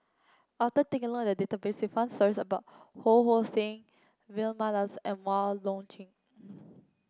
after taking a look at the database we found stories about Ho Hong Sing Vilma Laus and Wong Lip Chin